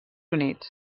units